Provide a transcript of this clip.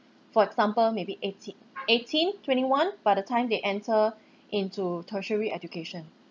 for example maybe eighteen eighteen twenty one by the time they enter into tertiary education